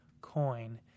coin